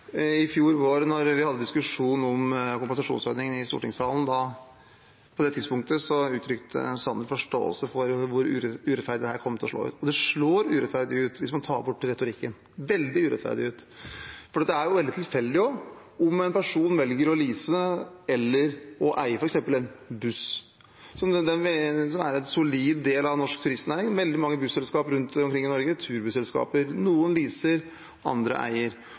I fjor vår da vi hadde diskusjon om kompensasjonsordningen i stortingssalen, uttrykte Sanner forståelse for hvor urettferdig dette kom til å slå ut. Og det slår urettferdig ut hvis man tar bort retorikken – veldig urettferdig, for det er veldig tilfeldig om en person velger å lease eller eie f. eks. en buss, som er en solid del av den norske turistnæringen. Det er veldig mange turbusselskaper rundt omkring i Norge. Noen leaser, andre eier,